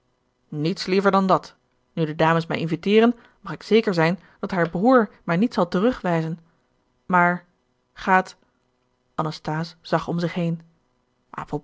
niets liever dan dat nu de dames mij inviteeren mag ik zeker zijn dat haar broer mij niet zal terugwijzen maar gaat anasthase zag om zich heen